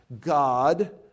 God